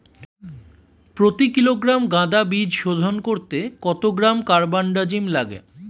প্রতি কিলোগ্রাম গাঁদা বীজ শোধন করতে কত গ্রাম কারবানডাজিম লাগে?